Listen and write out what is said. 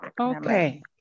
Okay